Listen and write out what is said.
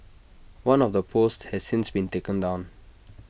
one of the posts has since been taken down